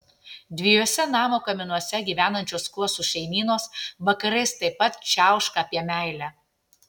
dviejuose namo kaminuose gyvenančios kuosų šeimynos vakarais taip pat čiauška apie meilę